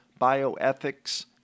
bioethics